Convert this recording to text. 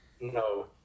No